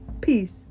Peace